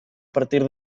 partir